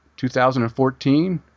2014